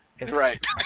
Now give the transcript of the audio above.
Right